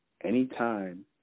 anytime